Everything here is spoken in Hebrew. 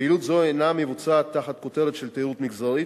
פעילות זו אינה מבוצעת תחת כותרת של תיירות מגזרית,